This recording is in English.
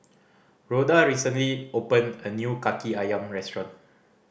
Rhoda recently opened a new Kaki Ayam restaurant